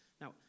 Now